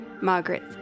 Margaret